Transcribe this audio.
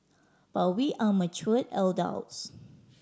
but we are mature adults